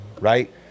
right